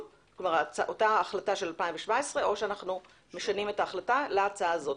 - אותה החלטה של 2017 או אנו משנים את ההחלטה להצעה הזו.